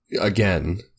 again